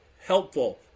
helpful